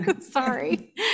sorry